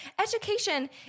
Education